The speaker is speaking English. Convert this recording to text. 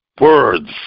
words